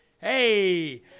Hey